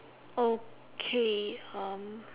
okay um